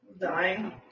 dying